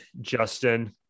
Justin